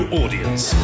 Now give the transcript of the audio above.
audience